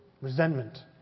resentment